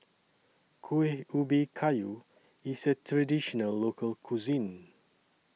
Kueh Ubi Kayu IS A Traditional Local Cuisine